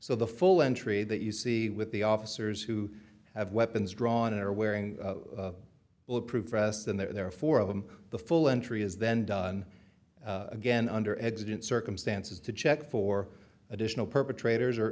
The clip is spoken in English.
so the full entry that you see with the officers who have weapons drawn and are wearing bulletproof vest and there are four of them the full entry is then done again under existent circumstances to check for additional perpetrators